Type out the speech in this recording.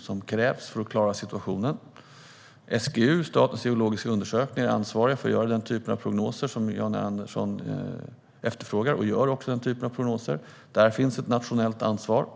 som krävs för att klara situationen. SGU, Sveriges geologiska undersökning, är ansvarig för och gör den typ av prognoser som Jan R Andersson efterfrågar. Där finns ett nationellt ansvar.